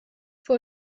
vor